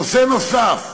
נושא נוסף: